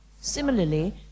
similarly